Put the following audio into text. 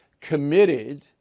committed